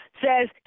says